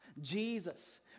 Jesus